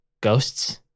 ghosts